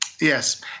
Yes